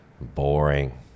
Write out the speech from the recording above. boring